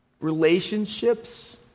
Relationships